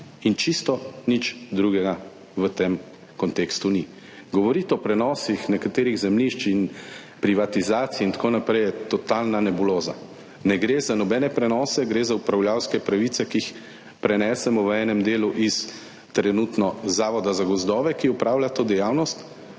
in čisto nič drugega v tem kontekstu ni. Govoriti o prenosih nekaterih zemljišč in privatizacij, itn., je totalna nebuloza. Ne gre za nobene prenose, gre za upravljavske pravice, ki jih prenesemo v enem delu iz trenutno Zavoda za gozdove, ki opravlja to dejavnost,